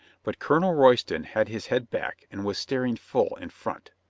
but colonel royston had his head back and was staring full in front.